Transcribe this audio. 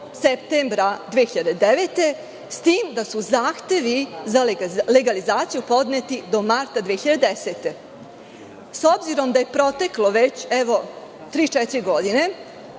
septembra 2009. godine, s tim da su zahtevi za legalizaciju podneti do marta 2010. godine. S obzirom da je proteklo već tri, četiri godine,